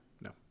No